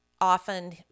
often